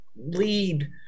lead